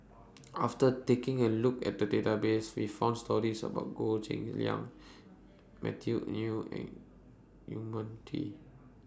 after taking A Look At The Database We found stories about Goh Cheng Liang Matthew New and Yong Mun Chee